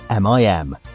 MIM